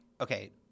Okay